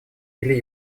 или